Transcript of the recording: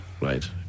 Right